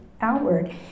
outward